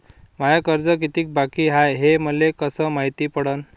माय कर्ज कितीक बाकी हाय, हे मले कस मायती पडन?